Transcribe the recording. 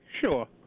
sure